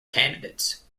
candidates